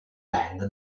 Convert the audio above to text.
land